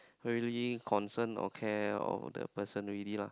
really concern or care or the person already lah